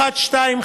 1 2,